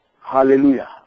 hallelujah